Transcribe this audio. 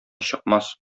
чыкмас